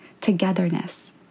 togetherness